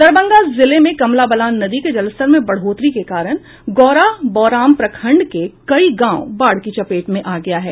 दरभंगा जिले में कमला बलान नदी के जलस्तर में बढोतरी के कारण गौरा बौराम प्रखंड के कई गांव बाढ़ की चपेट में आ गया है